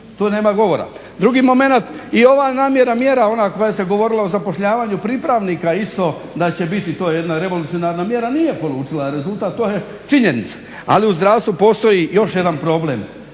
To nema govora. Drugi momenat i ova namjera mjera koja se govorila o zapošljavanju pripravnika isto da će to biti jedna revolucionarna mjera nije polučila rezultat to je činjenica. Ali u zdravstvu postoji još jedan problem,